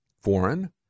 foreign